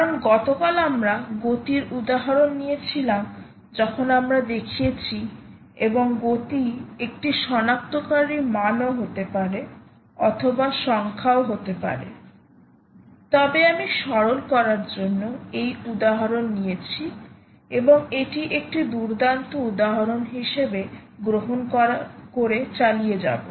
কারণ গতকাল আমরা গতির উদাহরণ নিয়েছিলাম যখন আমরা দেখিয়েছি এবং গতি একটি সনাক্তকারী মানও হতে পারে অথবা সংখ্যা হতে পারে তবে আমি সরল করার জন্যএই উদাহরণ নিয়েছি এবং এটি একটি দুর্দান্ত উদাহরণ হিসেবে গ্রহণ করা চালিয়ে যাব